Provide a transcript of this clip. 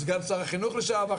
סגן שר החינוך לשעבר,